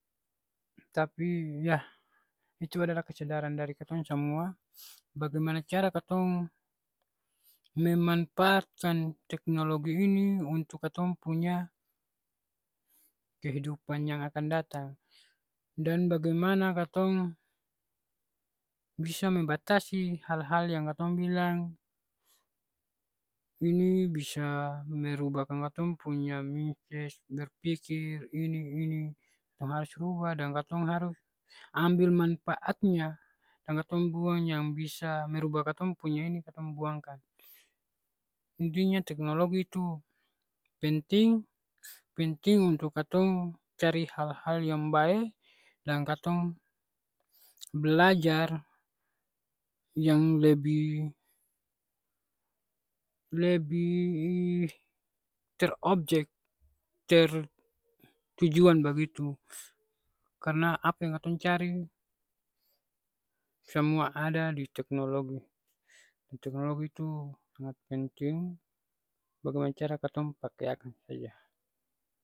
Tapi yah, itu adalah kesadaran dari katong samua, bagemana cara katong memanfaatkan teknologi ini untuk katong punya kehidupan yang akan datang. Dan bagaimana katong bisa membatasi hal-hal yang katong bilang ini bisa merubahkan katong punya mindset berpikir, ini ini, tong harus rubah dan katong harus ambil manfaatnya dan katong buang yang bisa merubah katong punya ini katong buangkan. Intinya teknologi itu penting, penting untuk katong cari hal-hal yang bae, dan katong blajar yang lebih lebih terobjek, tertujuan bagitu. Karna apa yang katong cari samua ada di teknologi. Teknologi tu sangat penting, bagemana cara katong pake akang saja.